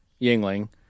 Yingling